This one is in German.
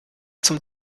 zum